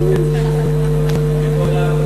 אוהוהו,